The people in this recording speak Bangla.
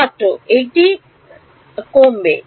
ছাত্র একটি কারণের দ্বারা হ্রাস